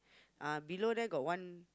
uh below there got one